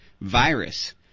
virus